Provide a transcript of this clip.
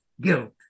guilt